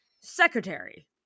Secretary